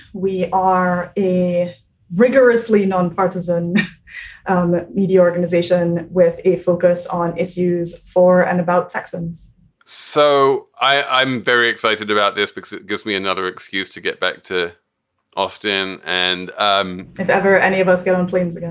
we are a rigorously non-partisan um ah media organization with a focus on issues for and about texans so i'm very excited about this because it gives me another excuse to get back to austin. and um whenever any of us get on planes, and